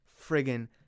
friggin